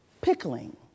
pickling